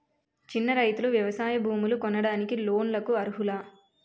చిన్న రైతులు వ్యవసాయ భూములు కొనడానికి లోన్ లకు అర్హులా?